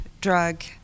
drug